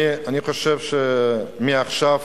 אני חושב שמעכשיו,